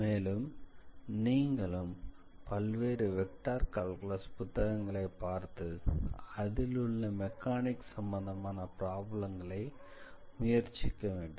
மேலும் நீங்களும் பல்வேறு வெக்டார் கால்குலஸ் புத்தகங்களைப் பார்த்து அதிலுள்ள மெக்கானிக்ஸ் சம்பந்தமான பிராப்ளங்களை முயற்சிக்க வேண்டும்